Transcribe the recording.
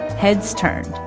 heads turned,